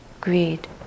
greed